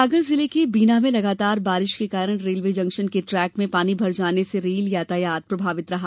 सागर जिले के बीना में लगातार बारिश के कारण रेलवे जंक्शन के ट्रैक में पानी भर जाने से रेल यातायात प्रभावित रहा